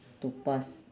to pass